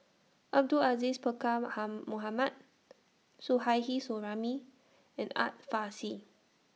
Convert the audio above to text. Abdul Aziz Pakkeer Mohamed Suzairhe Sumari and Art Fazil